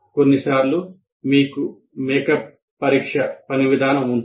కొన్నిసార్లు మీకు మేకప్ పరీక్ష లేదా పని విధానం ఉంటుంది